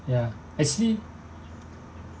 ya actually